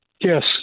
yes